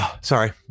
sorry